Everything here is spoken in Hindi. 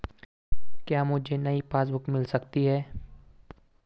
क्या मुझे नयी पासबुक बुक मिल सकती है?